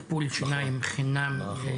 ב-2010 היה החוק של טיפול שיניים חינם לילדים